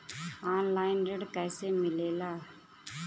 Online ऋण कैसे मिले ला?